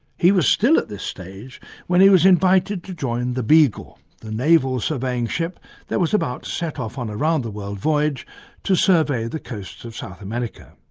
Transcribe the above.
he was still at this stage when he was invited to join the beagle, the naval surveying ship that was about to set off on a round-the-world voyage to survey the coast of south america.